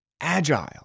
agile